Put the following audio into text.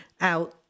out